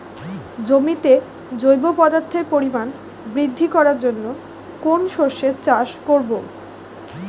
জমিতে জৈব পদার্থের পরিমাণ বৃদ্ধি করার জন্য কোন শস্যের চাষ করবো?